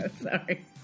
Sorry